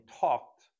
talked